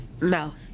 No